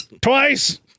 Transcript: Twice